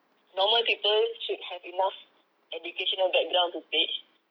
normal people should have enough educational background to teach